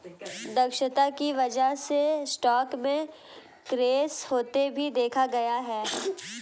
दक्षता की वजह से स्टॉक में क्रैश होते भी देखा गया है